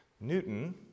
Newton